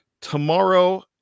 Tomorrow